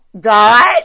God